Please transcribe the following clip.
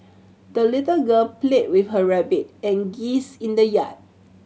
the little girl played with her rabbit and geese in the yard